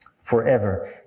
forever